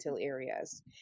areas